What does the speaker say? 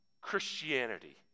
Christianity